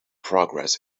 progress